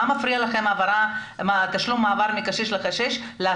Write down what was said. מה מפריע לכם להפעיל עכשיו תשלום מעבר מקשיש לקשיש?